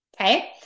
Okay